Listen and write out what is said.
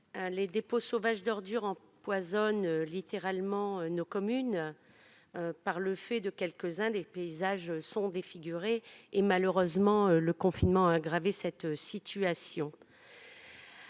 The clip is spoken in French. Les dépôts sauvages d'ordure empoisonnent littéralement nos communes. Par le fait de quelques-uns, des paysages sont défigurés. Le confinement a malheureusement aggravé cette situation.